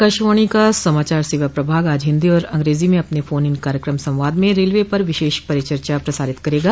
आकाशवाणी का समाचार सेवा प्रभाग आज हिन्दी और अंग्रेजी में अपने फोन इन कार्यक्रम संवाद में रेलवे पर विशेष परिचर्चा प्रसारित करेगा